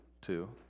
two